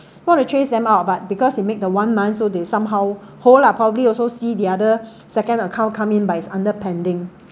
want to chase them out but because he make the one month so they somehow hold lah are probably also see the other second account come in but its under pending